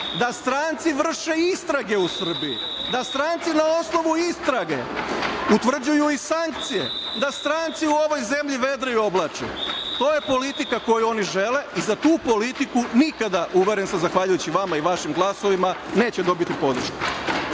da stranci vrše istrage u Srbiji, da stranci na osnovu istrage utvrđuju i sankcije, da stranci u ovoj zemlji vedrije oblače. To je politika koju oni žele i za tu politiku nikada, uveren sam zahvaljujući vama i vašim glasovima, neće dobiti podršku.